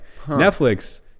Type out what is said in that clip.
Netflix